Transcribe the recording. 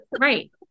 Right